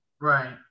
Right